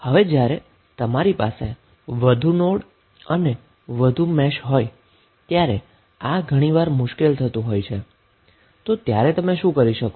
હવે જ્યારે તમારી પાસે વધુ નોડ અને વધુ મેશ હોય ત્યારે આ ઘણીવાર મુશ્કેલ થતું હોય છે તો ત્યારે તમે શું કરી શકો